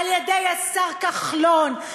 על-ידי השר כחלון,